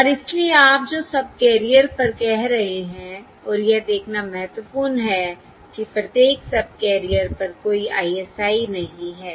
और इसलिए आप जो सबकैरियर पर कह रहे हैं और यह देखना महत्वपूर्ण है कि प्रत्येक सबकैरियर पर कोई ISI नहीं है